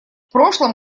прошлом